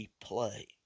play